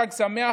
חג שמח,